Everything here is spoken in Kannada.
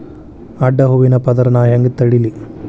ಅಡ್ಡ ಹೂವಿನ ಪದರ್ ನಾ ಹೆಂಗ್ ತಡಿಲಿ?